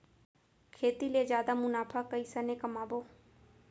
खेती ले जादा मुनाफा कइसने कमाबो?